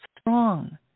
strong